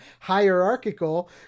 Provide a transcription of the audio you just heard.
hierarchical